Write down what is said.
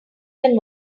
can